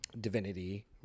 divinity